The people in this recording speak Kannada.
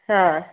ಹಾಂ